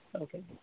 Okay